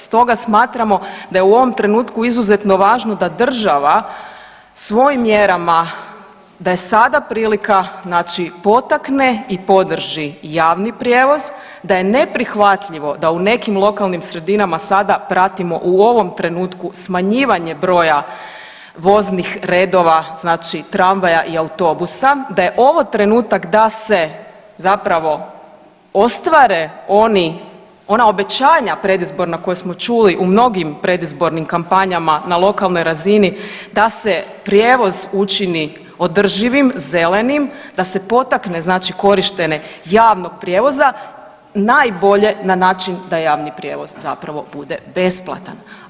Stoga smatramo da je u ovom trenutku izuzetno važno da država svojim mjerama da je sada prilika potakne i podrži javni prijevoz, da je neprihvatljivo da u nekim lokalnim sredinama sada pratimo u ovom trenutku smanjivanje broja voznih redova, znači tramvaja i autobusa, da je ovo trenutak da se zapravo ostvare ona obećanja predizborna koja smo čuli u mnogim predizbornim kampanjama na lokalnoj razini da se prijevoz učini održivim, zelenim da se potakne korištenje javnog prijevoza najbolje na način da javni prijevoz zapravo bude besplatan.